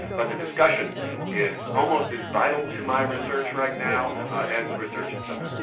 but the discussion is almost as vital to my research right now as the research itself.